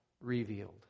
revealed